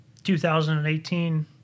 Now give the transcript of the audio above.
2018